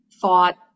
thought